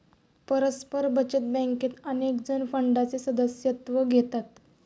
परस्पर बचत बँकेत अनेकजण फंडाचे सदस्यत्व घेतात